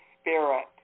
spirit